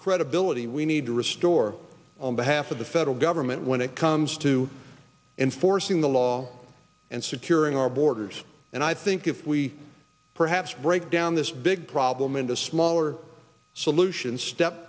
credibility we need to restore on behalf of the federal government when it comes to enforcing the law and securing our borders and i think if we perhaps break down this big problem into smaller solutions step